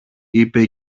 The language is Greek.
είπε